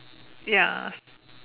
ya